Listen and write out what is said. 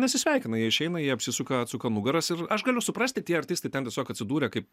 nesisveikina jie išeina jie apsisuka atsuka nugaras ir aš galiu suprasti tie artistai ten tiesiog atsidūrę kaip